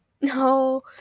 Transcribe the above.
No